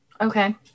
Okay